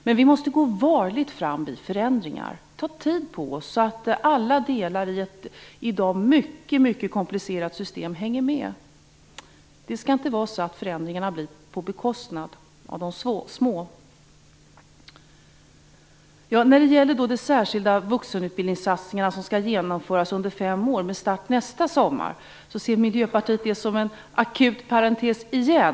Men vi måste gå varligt fram vid förändringar, ta tid på oss, så att alla delar i ett i dag mycket komplicerat system hänger med. Det skall inte vara så att förändringarna blir på bekostnad av de små. När det gäller de särskilda vuxenutbildningssatsningar som skall genomföras under fem år, med start nästa sommar, ser Miljöpartiet det som en akut parentes igen.